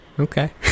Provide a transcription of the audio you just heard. Okay